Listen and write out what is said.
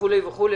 וכולי וכולי,